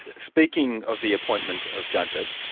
speaking of the appointment of judges,